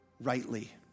rightly